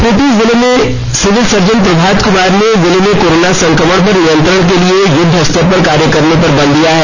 खूंटी जिले के civil surgeon Prabhat Kumar ने जिले में कोरोना सं क्र मण पर नियंत्रण के लिए युद्ध स्तर पर कार्य करने पर बल लिया है